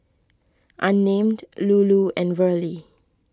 unnamed Lulu and Verlie